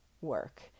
work